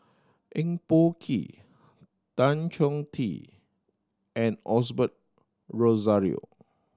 Eng Boh Kee Tan Chong Tee and Osbert Rozario